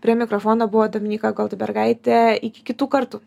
prie mikrofono buvo dominyka goldbergaitė iki kitų kartų